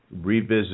revisit